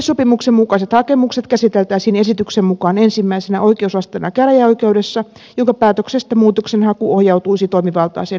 yleissopimuksen mukaiset hakemukset käsiteltäisiin esityksen mukaan ensimmäisenä oikeusasteena käräjäoikeudessa jonka päätöksestä muutoksenhaku ohjautuisi toimivaltaiseen hovioikeuteen